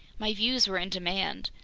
my views were in demand.